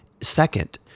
second